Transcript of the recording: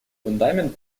фундамент